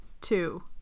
two